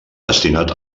destinat